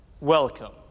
Welcome